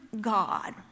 God